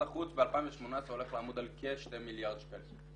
החוץ ב-2018 הולך לעמוד על כ-2 מיליארד שקלים.